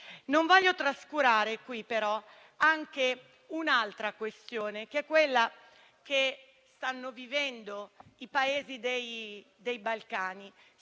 Non voglio trascurare però anche un'altra questione, che è quella che stanno vivendo i Paesi dei Balcani.